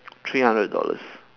three hundred dollars